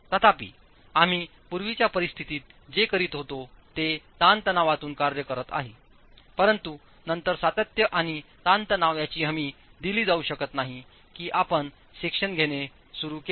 तथापि आम्ही पूर्वीच्या परिस्थितीत जे करीत होतो ते ताणतणावातून कार्य करत आहे परंतु नंतर सातत्य आणि ताणतणाव याची हमी दिली जाऊ शकत नाही की आपण सेक्शन घेणे सुरू केले